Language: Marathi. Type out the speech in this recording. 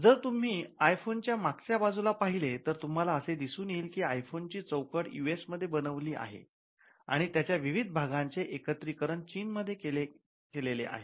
जर तुम्ही आयफोन च्या मागच्या बाजूला पहिले तर तुम्हाला असे दिसून येईल कि आयफोन ची चौकट यू एस ए मध्ये बनवली आहे आणि त्याच्या विविध भागांचे एकत्रीकरण चीन मध्ये केलेले आहे